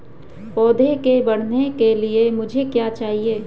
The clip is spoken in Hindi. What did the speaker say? पौधे के बढ़ने के लिए मुझे क्या चाहिए?